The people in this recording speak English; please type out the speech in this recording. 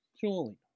Surely